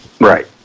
Right